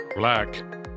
Black